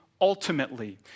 ultimately